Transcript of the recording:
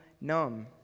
numb